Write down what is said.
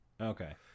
Okay